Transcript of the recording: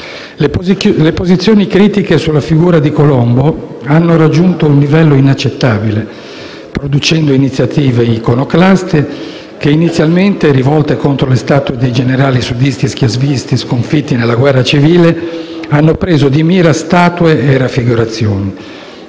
Le posizioni critiche sulla figura di Cristoforo Colombo hanno raggiunto un livello inaccettabile, producendo iniziative iconoclaste che, inizialmente rivolte contro le statue dei generali sudisti e schiavisti sconfitti nella guerra civile, hanno preso di mira statue e raffigurazioni.